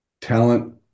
talent